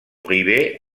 privé